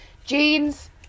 Jeans